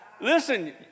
Listen